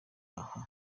aha